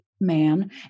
man